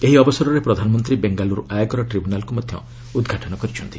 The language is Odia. ଏହି ଅବସରରେ ପ୍ରଧାନମନ୍ତ୍ରୀ ବେଙ୍ଗାଲୁରୁ ଆୟକର ଟ୍ରିବ୍ୟୁନାଲ୍କୁ ମଧ୍ୟ ଉଦ୍ଘାଟନ କରିଚ୍ଛନ୍ତି